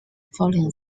following